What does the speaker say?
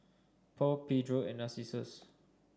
Paul Pedro and Narcissus